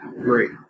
great